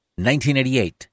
1988